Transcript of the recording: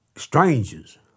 Strangers